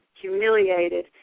humiliated